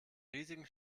riesigen